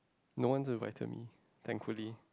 no one to invite to thankfully